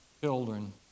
children